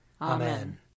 Amen